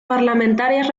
parlamentarias